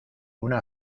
una